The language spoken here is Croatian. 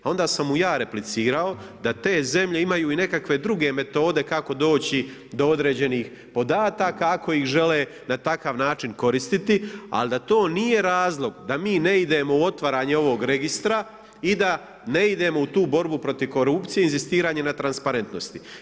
Onda sam mu ja replicirao da te zemlje imaju i nekakve druge metode kako doći do određenih podataka ako ih žele na takav način koristiti, ali da to nije razlog da mi ne idemo u otvaranje ovog Registra i da ne idemo u tu borbu protiv korupcije, inzistiranje na transparentnosti.